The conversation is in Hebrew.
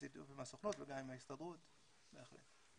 בשיתוף עם הסוכנות וגם עם ההסתדרות, בהחלט.